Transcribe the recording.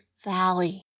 valley